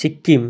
Sikkim